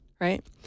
Right